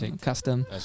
custom